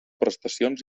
prestacions